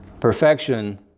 Perfection